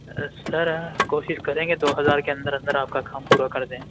سر کوشش کریں گے تو دو ہزار کے اندر اندر آپ کا کام پورا کر دیں